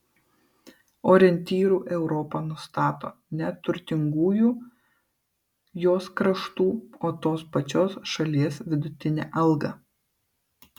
orientyru europa nustato ne turtingųjų jos kraštų o tos pačios šalies vidutinę algą